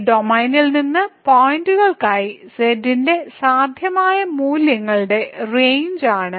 ഈ ഡൊമെയ്നിൽ നിന്നുള്ള പോയിന്റുകൾക്കായി z ന്റെ സാധ്യമായ മൂല്യങ്ങൾ റേഞ്ച് ആണ്